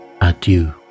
Adieu